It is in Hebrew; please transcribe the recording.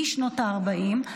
משנות ה-40.